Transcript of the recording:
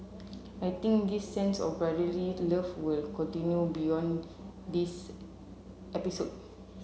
I think this sense of brotherly love will continue beyond this episode